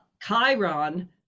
Chiron